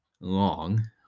long